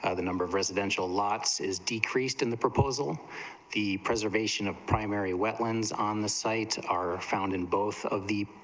ah the number of residential lots is decreased in the proposal the preservation of primary wetlands on the sites are found in both of deep,